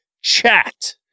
chat